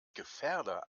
gefährder